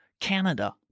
Canada